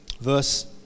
Verse